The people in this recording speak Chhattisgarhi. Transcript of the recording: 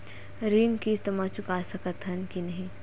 ऋण किस्त मा तक चुका सकत हन कि नहीं?